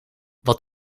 wat